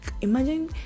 imagine